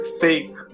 fake